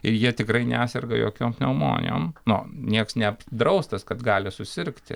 ir jie tikrai neserga jokiom pneumonijom nu nieks neapdraustas kad gali susirgti